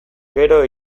gero